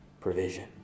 provision